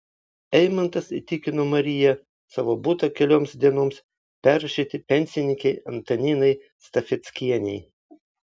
eimantas įtikino mariją savo butą kelioms dienoms perrašyti pensininkei antaninai stafeckienei